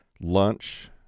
lunch